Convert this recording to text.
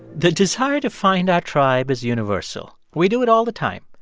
the desire to find our tribe is universal. we do it all the time.